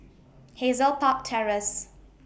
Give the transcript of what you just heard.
Hazel Park Terrace